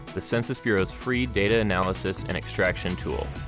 the census bureau's free data analysis and extraction tool.